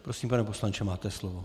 Prosím, pane poslanče, máte slovo.